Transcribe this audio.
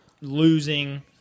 losing